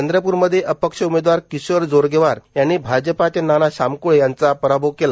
चंद्रप्रमध्ये अपक्ष उमेदवार किषोर जोरगेवार यांनी भाजपाचे नाना षामक्ळे यांचा पराभव केला